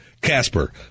Casper